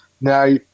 Now –